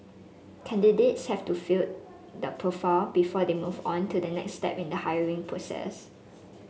candidates have to fit the profile before they move on to the next step in the hiring process